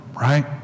right